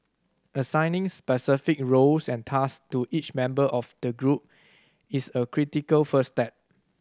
assigning specific roles and task to each member of the group is a critical first step